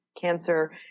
cancer